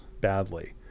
badly